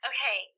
Okay